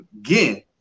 again